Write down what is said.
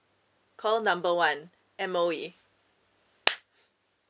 call number one M_O_E